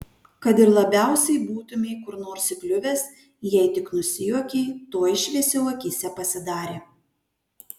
kad ir labiausiai būtumei kur nors įkliuvęs jei tik nusijuokei tuoj šviesiau akyse pasidarė